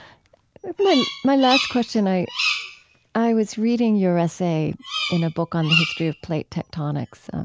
my my last question i i was reading your essay in a book on the history of plate tectonics,